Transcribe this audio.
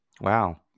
Wow